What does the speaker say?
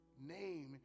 name